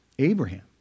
Abraham